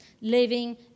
living